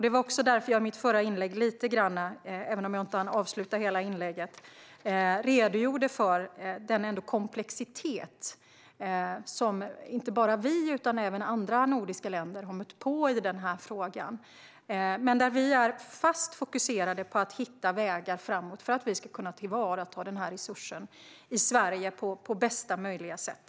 Det var därför som jag i mitt förra inlägg, även om jag inte hann avsluta det helt, redogjorde lite grann för den komplexitet som inte bara vi utan även andra nordiska länder har mött i denna fråga. Vi har ett fast fokus på att hitta vägar framåt där, för att vi ska kunna tillvarata denna resurs i Sverige på bästa möjliga sätt.